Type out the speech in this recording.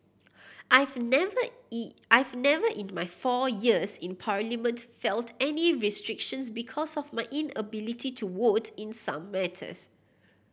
I've never I've never in my four years in Parliament felt any restrictions because of my inability to vote in some matters